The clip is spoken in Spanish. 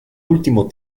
último